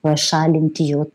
pašalinti jo